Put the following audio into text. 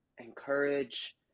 encourage